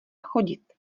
chodit